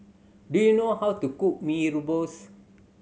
do you know how to cook Mee Rebus